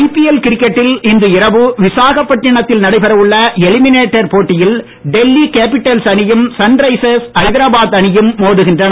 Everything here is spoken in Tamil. ஐபிஎல் கிரிக்கெட்டில் இன்று இரவு விசாகப்பட்டினத்தில் நடைபெற உள்ள எலிமினேட்டர் போட்டியில் டெல்லி கேபிடல்ஸ் அணியும் சன்டைசர்ஸ் ஐதராபாத் அணியும் மோதுகின்றன